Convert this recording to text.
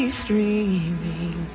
streaming